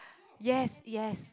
yes yes